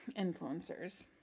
influencers